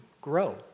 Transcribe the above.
grow